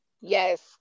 Yes